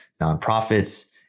nonprofits